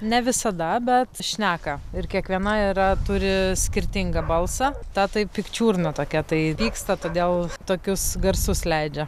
ne visada bet šneka ir kiekviena yra turi skirtingą balsą ta tai pikčiurna tokia tai pyksta todėl tokius garsus leidžia